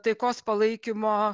taikos palaikymo